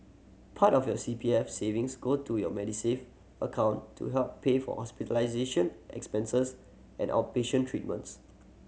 part of your C P F savings go into your Medisave account to help pay for hospitalization expenses and outpatient treatments